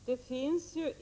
Fru talman!